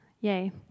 Yay